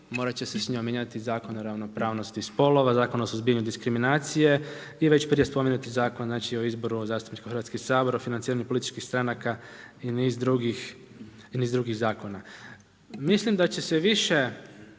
morat će se s njom mijenjati i Zakon o ravnopravnosti spolova, Zakon o suzbijanju diskriminacije i već prije spomenuti Zakon o izboru zastupnika u Hrvatski sabor, o financiranju političkih stranaka i niz drugih zakona. Mislim da će se više,